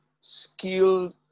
skilled